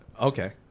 Okay